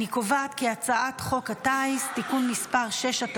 אני קובעת כי הצעת חוק הטיס (תיקון מס' 6),